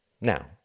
Now